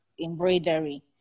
embroidery